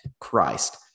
Christ